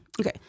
Okay